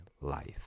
life